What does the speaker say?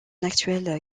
actuel